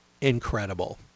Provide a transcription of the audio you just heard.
incredible